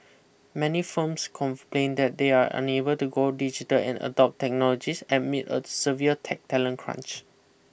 many firms complain that they are unable to go digital and adopt technologies amid a severe tech talent crunch